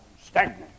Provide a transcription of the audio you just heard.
stagnant